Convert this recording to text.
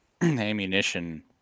ammunition